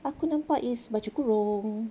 aku nampak is baju kurung